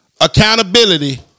accountability